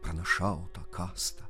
pranašauta kasta